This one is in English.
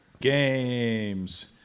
Games